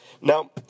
Now